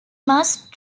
must